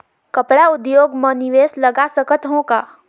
कपड़ा उद्योग म निवेश लगा सकत हो का?